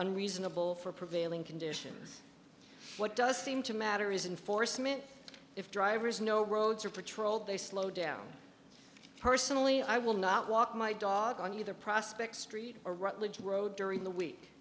unreasonable for prevailing conditions what does seem to matter is in for smith if drivers know roads are patrolled they slow down personally i will not walk my dog on either prospect street or rutledge road during the week